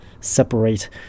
separate